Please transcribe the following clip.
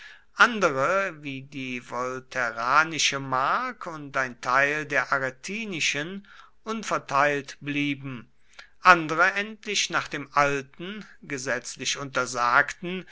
andere wie die volaterranische mark und ein teil der arretinischen unverteilt blieben andere endlich nach dem alten gesetzlich untersagten